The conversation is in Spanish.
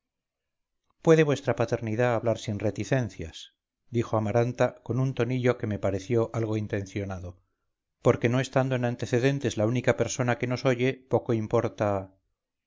puede vuestra paternidad hablar sin reticencias dijo amaranta con un tonillo que me pareció algo intencionado porque no estando en antecedentes la única persona que nos oye poco importa